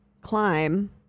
climb